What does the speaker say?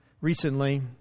recently